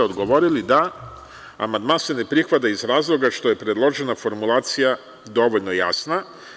Odgovorili ste – amandman se ne prihvata iz razloga što je predložena formulacija dovoljno jasna.